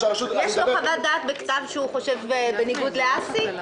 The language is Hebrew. יש לו חוות דעת בכתב שהוא חושב בניגוד לאסי מסינג?